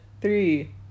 three